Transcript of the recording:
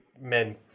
men